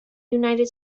united